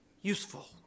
useful